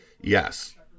Yes